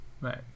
right